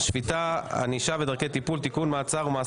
השאלה אם זה גופו בבג"ד כפ"ת או בפ'